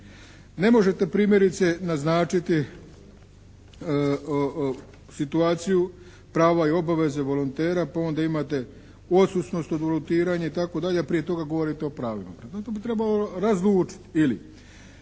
Ne možete primjerice naznačiti situaciju prava i obaveze volontera pa onda imate odsutnost od volontiranja a prije toga govorite o pravima. Prema tome, to bi trebalo razlučiti. Ili,